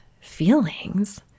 feelings